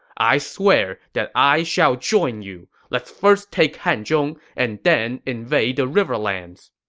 i swear that i shall join you. let's first take hanzhong, and then invade the riverlands.